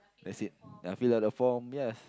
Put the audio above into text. that's it ya fill up the form yes